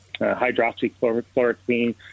hydroxychloroquine